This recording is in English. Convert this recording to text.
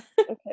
okay